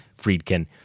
Friedkin